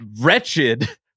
wretched